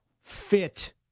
fit